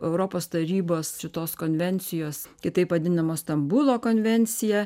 europos tarybos šitos konvencijos kitaip vadinamos stambulo konvencija